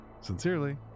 Sincerely